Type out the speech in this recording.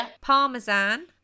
Parmesan